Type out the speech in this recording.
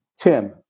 Tim